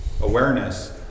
awareness